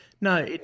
no